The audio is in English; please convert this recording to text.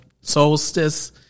Solstice